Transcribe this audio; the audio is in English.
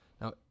now